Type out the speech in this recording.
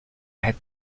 had